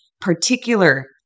particular